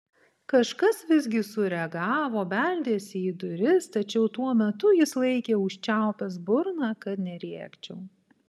kažkas visgi sureagavo beldėsi į duris tačiau tuo metu jis laikė užčiaupęs burną kad nerėkčiau